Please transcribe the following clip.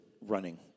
running